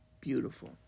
beautiful